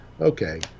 Okay